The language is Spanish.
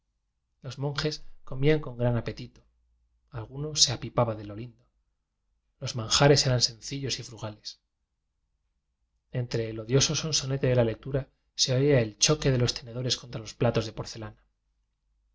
los monjes comían con gran ape tito alguno se apipaba de lo lindo los manjares eran sencillos y frugales entre el odioso sonsonete de la lectura se oía el choque de los tenedores contra los platos de porcelana